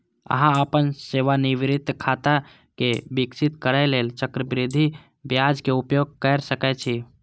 अहां अपन सेवानिवृत्ति खाता कें विकसित करै लेल चक्रवृद्धि ब्याजक उपयोग कैर सकै छी